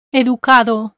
educado